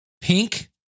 pink